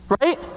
Right